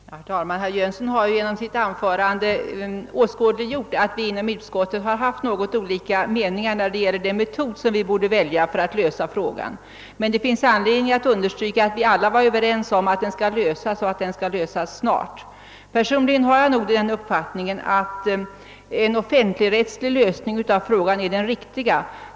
Herr talman! Herr Jönsson i Malmö har genom sitt anförande åskådliggjort att vi inom utskottet haft olika meningar i fråga om den metod som vi borde välja. Men det finns anledning understryka att vi var överens om att frågan skall lösas och att den skall lösas snart. Personligen har jag den uppfattningen att en offentligrättslig lösning av frågan är den riktiga.